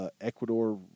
Ecuador